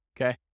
Okay